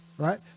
Right